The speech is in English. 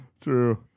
true